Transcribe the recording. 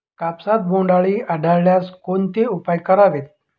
कापसात बोंडअळी आढळल्यास कोणते उपाय करावेत?